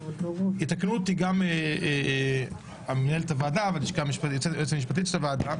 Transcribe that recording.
יתקנו אותי גם מנהלת הוועדה והיועצת המשפטית של הוועדה,